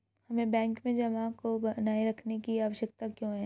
हमें बैंक में जमा को बनाए रखने की आवश्यकता क्यों है?